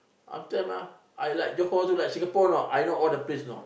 last time ah I like Johor also like I know Singapore know I know all the place know